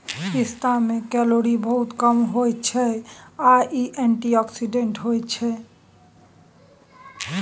पिस्ता मे केलौरी बहुत कम होइ छै आ इ एंटीआक्सीडेंट्स होइ छै